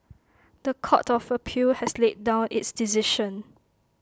The Court of appeal has laid down its decision